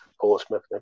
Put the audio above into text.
Portsmouth